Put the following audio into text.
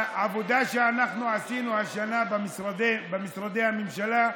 העבודה שאנחנו עשינו השנה במשרדי הממשלה,